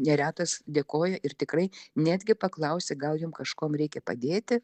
neretas dėkoja ir tikrai netgi paklausia gal jum kažkuom reikia padėti